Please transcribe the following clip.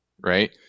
right